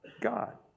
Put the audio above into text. God